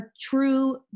true